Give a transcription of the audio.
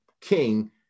king